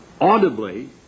audibly